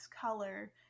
color